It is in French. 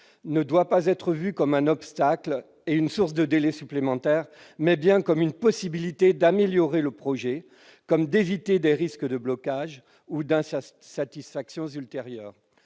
ne doit pas être vue comme un obstacle et une source de délais supplémentaires, mais comme une possibilité d'améliorer le projet comme d'éviter des risques de blocages ou d'insatisfaction ultérieurs.